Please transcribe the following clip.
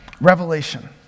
revelation